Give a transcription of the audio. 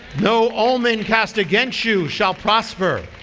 no omen cast against you shall prosper.